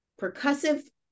Percussive